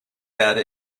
data